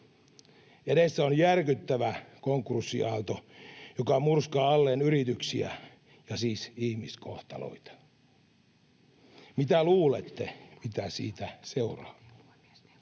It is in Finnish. Edessä on järkyttävä konkurssiaalto, joka murskaa alleen yrityksiä ja siis ihmiskohtaloita. Mitä luulette, mitä siitä seuraa?